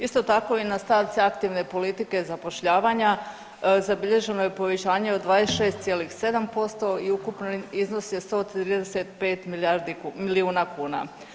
Isto tako i na stavci aktivne politike zapošljavanja zabilježeno je povećanje od 26,7% i ukupni iznos je 135 milijuna kuna.